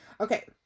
Okay